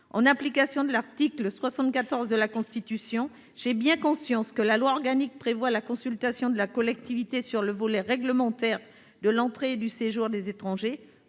En application de l’article 74 de la Constitution, j’ai bien conscience que la loi organique prévoit la consultation de la collectivité sur le volet réglementaire de l’entrée et du séjour des étrangers.